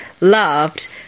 loved